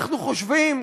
אנחנו חושבים,